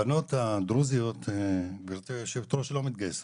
הבנות הדרוזיות גברתי יושבת הראש, הן לא מתגייסות.